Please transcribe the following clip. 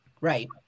Right